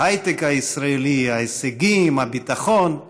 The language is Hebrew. ההייטק הישראלי, ההישגים, הביטחון?